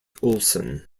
olsen